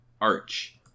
arch